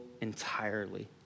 entirely